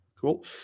Cool